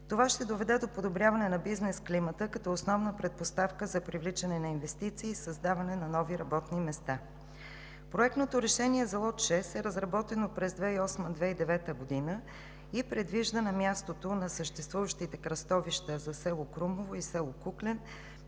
Това ще доведе до подобряване на бизнес климата като основна предпоставка за привличане на инвестиции и създаване на нови работни места. Проектното решение за лот 6 е разработено през 2008 – 2009 г., и предвижда на мястото на съществуващите кръстовища за село Крумово и село Куклен